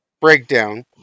breakdown